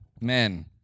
Men